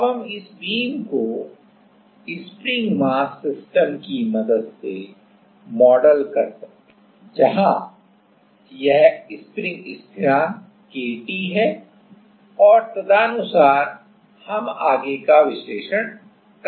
अब हम इस बीम को स्प्रिंग मास सिस्टम की मदद से मॉडल कर सकते हैं जहां यह स्प्रिंग स्थिरांकKT है और तदनुसार हम आगे का विश्लेषण कर सकते हैं